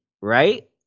right